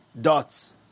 dots